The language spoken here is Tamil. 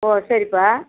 ஓ சரிப்பா